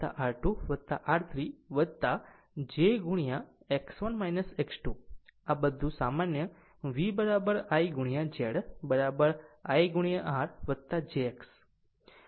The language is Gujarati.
I R1 R2 R3 j X1 X2 અથવા સામાન્ય V I Z I R jX મળશે